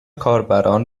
کاربران